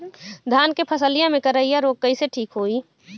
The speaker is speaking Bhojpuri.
धान क फसलिया मे करईया रोग कईसे ठीक होई?